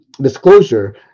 disclosure